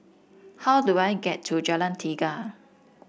how do I get to Jalan Tiga